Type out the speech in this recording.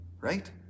right